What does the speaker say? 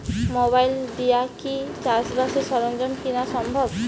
Mobile দিয়া কি চাষবাসের সরঞ্জাম কিনা সম্ভব?